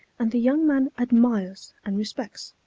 and the young man admires and respects,